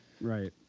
Right